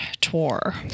tour